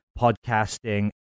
podcasting